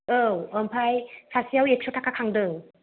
औ ओमफ्राय सासेयाव एकस' थाखा खांदों